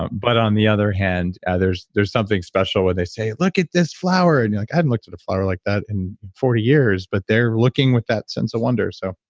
but on the other hand, ah there's there's something special when they say, look at this flower and you're like, i haven't looked at a flower like that in forty years, but they're looking with that sense of wonder. so,